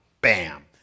Bam